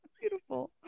Beautiful